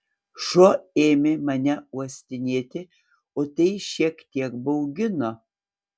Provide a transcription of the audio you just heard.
šuo ėmė mane uostinėti o tai šiek tiek baugino